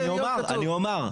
אני אומר.